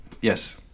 Yes